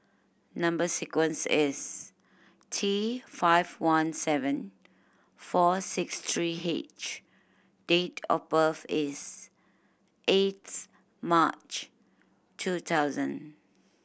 number sequence is T five one seven four six three H date of birth is eighth March two thousand